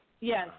Yes